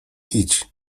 idź